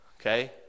okay